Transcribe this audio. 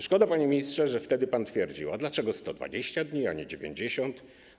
Szkoda, panie ministrze, że wtedy pan mówił: A dlaczego 120 dni, a nie 90?